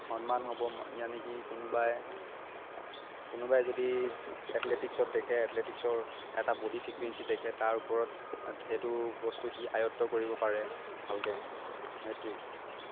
সন্মান হ'ব য়ানেকি কোনোবাই কোনোবাই যদি এথলেটিক্সত দেখে এথলেটিক্সৰ এটা বডি ফ্ৰিকুৱেঞ্চি দেখে তাৰ ওপৰত সেইটো বস্তু সি আয়ত্ব কৰিব পাৰে ভালকৈ সেইটোৱেই